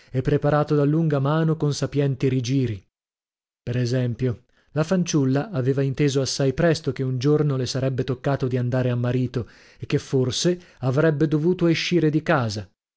e preparato da lunga mano con sapienti rigiri per esempio la fanciulla aveva inteso assai presto che un giorno le sarebbe toccato di andare a marito e che forse avrebbe dovuto escire di casa